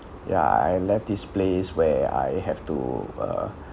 ya I left this place where I have to uh